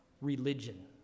religion